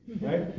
right